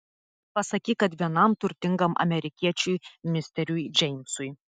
pasakyk kad vienam turtingam amerikiečiui misteriui džeimsui